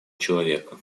человека